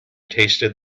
tasted